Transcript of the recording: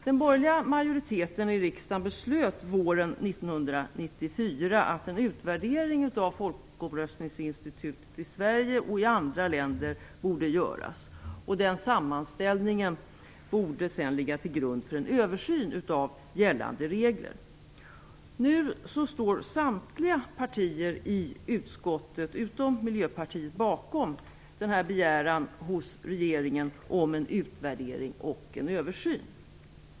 Den borgerliga majoriteten i riksdagen beslutade våren 1994 att en utvärdering av folkomröstningsinstitutet i Sverige och i andra länder skulle göras. Sammanställningen efter denna borde sedan ligga till grund för en översyn av gällande regler. Nu står samtliga partier i utskottet, utom Miljöpartiet, bakom begäran hos regeringen om en utvärdering och en översyn.